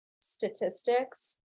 statistics